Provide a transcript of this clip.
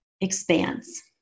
expands